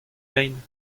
lein